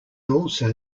also